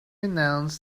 announced